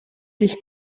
dich